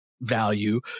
value